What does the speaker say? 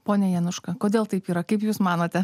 pone januška kodėl taip yra kaip jūs manote